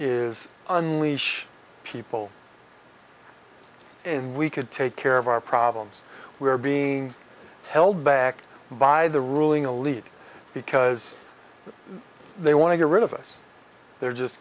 is unleash people in we could take care of our problems we are being held back by the ruling elite because they want to get rid of us they're just